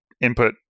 input